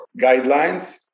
guidelines